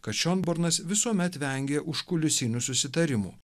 kad šionbornas visuomet vengė užkulisinių susitarimų